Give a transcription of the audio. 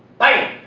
bam!